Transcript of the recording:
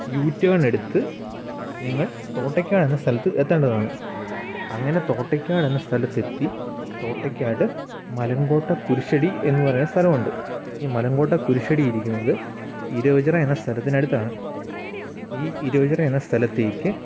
you ടേണെടുത്ത് നിങ്ങൾ തോട്ടയ്ക്കാ എന്ന സലത്ത് എത്തേണ്ടതാണ് അങ്ങനെ തോട്ടക്കാടെന്ന സ്ഥലത്തെത്തി തോട്ടക്കാട് മലങ്കോട്ട കുരിശ്ശടി എന്നു പറയണ സ്ഥലമുണ്ട് ഈ മലങ്കോട്ട് കുരിശ്ശടി ഇരിക്കുന്നത് ഇരവുചിറ എന്ന സ്ഥലത്തിനടുത്താണ് ഈ ഇരവുചിറ എന്ന സ്ഥലത്തേക്ക്